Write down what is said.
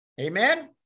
Amen